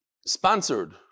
Sponsored